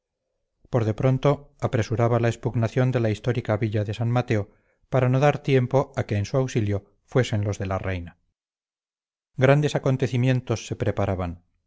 por de pronto apresuraba la expugnación de la histórica villa de san mateo para no dar tiempo a que en su auxilio fuesen los de la reina grandes acontecimientos se preparaban